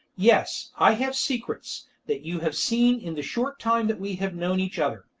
yes, i have secrets that you have seen in the short time that we have known each other.